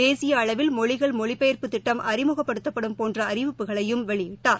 தேசிப அளவில் மொழிகள் மொழிபெயா்ப்பு திட்டம் அறிமுகப்படுத்தப்படும் போன்ற அறிவிப்புகளையும் வெளியிட்டார்